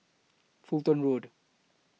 Fulton Road